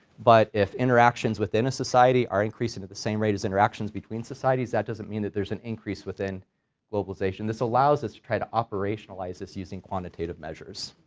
but if interactions within a society are increasing at the same rate as interactions between societies the doesn't mean that there's an increase within globalization, this allows us to try to operationalize this using quantitative measures.